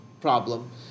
problem